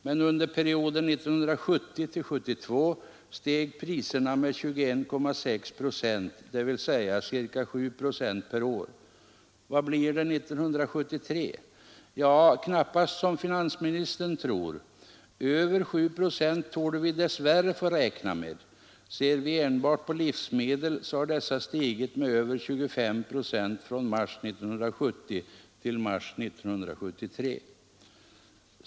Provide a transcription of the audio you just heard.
Men under perioden 1970—1972 steg priserna med 21,6 procent, dvs. ca 7 procent per år. Vad blir det 1973? Ja, knappast som finansministern tror. Över 7 procent torde vi dess värre få räkna med. Ser vi enbart på livsmedel, så finner vi att dessa har stigit med över 25 procent från mars 1970 till mars 1973.